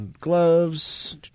Gloves